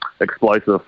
explosive